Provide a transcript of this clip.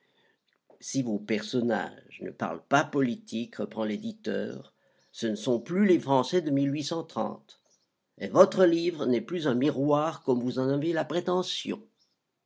si vos personnages ne parlent pas politique reprend l'éditeur ce ne sont plus les français de et votre livre n'est plus un miroir comme vous en avez la prétention